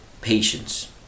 patience